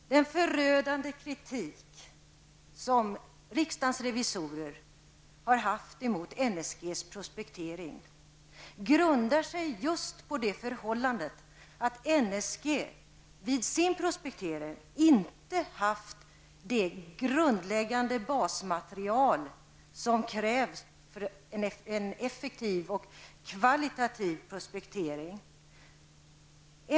Den förödande kritik som riksdagens revisorer har riktat mot NSGs prospektering grundar sig på det förhållandet att NSG vid sin prospektering inte har utgått från det grundläggande basmaterial som krävs för en effektiv och kvalitativ prospektering.